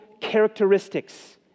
characteristics